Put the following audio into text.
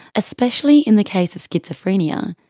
especially in the case of schizophrenia,